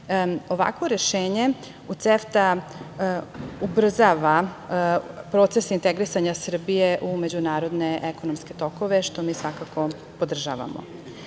Ovakvo rešenje u CEFTA ubrzava procese integrisanja Srbije u međunarodne ekonomske tokove, što mi svakako podržavamo.Za